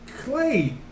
Clay